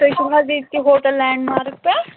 تُہۍ چھُو حظ ییٚتہِ کہِ ہوٹَل لینٛڈمارٕک پٮ۪ٹھ